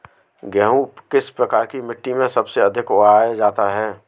गेहूँ किस प्रकार की मिट्टी में सबसे अच्छा उगाया जाता है?